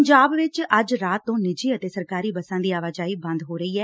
ਪੰਜਾਬ ਵਿਚ ਅੱਜ ਰਾਤ ਤੋਂ ਨਿੱਜੀ ਅਤੇ ਸਰਕਾਰੀ ਬੱਸਾਂ ਦੀ ਆਵਾਜਾਈ ਬੰਦ ਹੋ ਰਹੀ ਐ